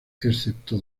excepto